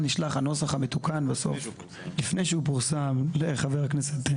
הנוסח המתוקן נשלח לפני שהוא פורסם לחברי הכנסת.